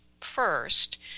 first